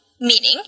meaning